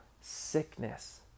sickness